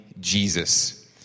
Jesus